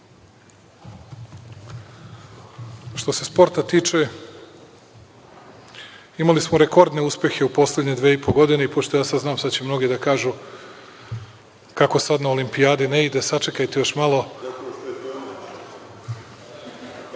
se sporta tiče, imali smo rekordne uspehe u poslednje dve i po godine, i pošto ja sada znam, sada će mnogi da kažu kako sada na Olimpijadi ne ide, sačekajte još